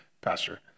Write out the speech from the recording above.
pastor